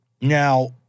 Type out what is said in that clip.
Now